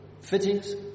fittings